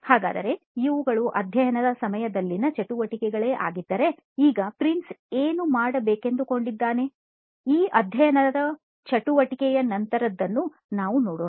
ಹಾಗಾದರೆ ಇವುಗಳು ಅಧ್ಯಯನದ ಸಮಯದಲ್ಲಿನ ಚಟುವಟಿಕೆಗಳೇ ಆಗಿದ್ದರೆಈಗ ಪ್ರಿನ್ಸ್ ಏನು ಮಾಡಬೇಕೆಂದುಕೊಂಡಿದ್ದಾನೆ ಈ ಅಧ್ಯಯನ ಚಟುವಟಿಕೆಯ ನಂತರದನ್ನು ನಾವು ನೋಡೋಣ